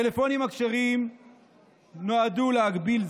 הטלפונים הכשרים נועדו להגביל זאת,